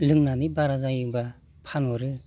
लोंनानै बारा जायोबा फानहरो